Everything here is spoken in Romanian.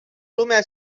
lumea